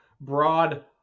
broad